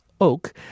Oak